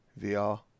VR